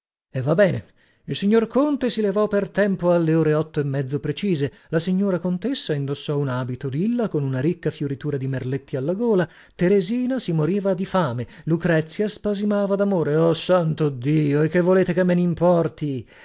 e va bene il signor conte si levò per tempo alle ore otto e mezzo precise la signora contessa indossò un abito lilla con una ricca fioritura di merletti alla gola teresina si moriva di fame lucrezia spasimava damore oh santo dio e che volete che me nimporti